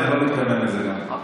אני גם לא מתכוון לזה, אוקיי.